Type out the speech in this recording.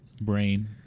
brain